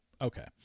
Okay